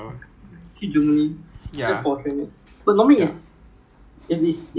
and then 他们的 ground 大 lah I mean there are there are other places that we can do training India